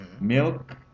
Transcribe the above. Milk